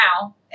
now